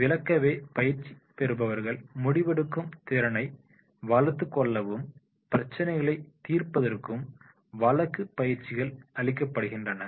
விளக்கவே பயிற்சி பெறுபவர்கள் முடிவெடுக்கும் திறனை வளர்த்துக் கொள்ளவும் பிரச்சனைகளைதீர்ப்பதற்கும் வழக்கு பயிற்சிகள் அளிக்கப்படுகின்றன